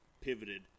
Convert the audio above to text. pivoted